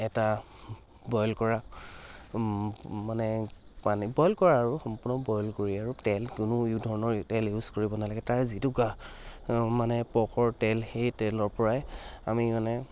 এটা বইল কৰা মানে মানে বইল কৰা আৰু সম্পূৰ্ণ বইল কৰি আৰু তেল কোনো ধৰণৰ তেল ইউজ কৰিব নালাগে তাৰে যিটো গা মানে পৰ্কৰ তেল সেই তেলৰ পৰাই আমি মানে